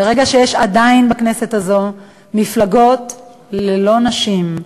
ברגע שעדיין בכנסת הזאת יש מפלגות ללא נשים,